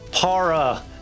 Para